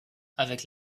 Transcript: avec